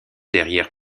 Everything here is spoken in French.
derrière